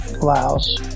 blouse